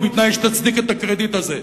ובתנאי שתצדיק את הקרדיט הזה,